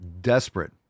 desperate